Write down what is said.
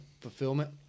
fulfillment